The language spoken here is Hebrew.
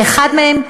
ואחד מהם,